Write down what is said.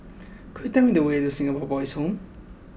could you tell me the way to Singapore Boys' Home